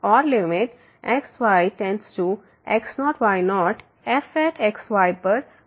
और limit x y→x0 y0 fx yपर मौजूद है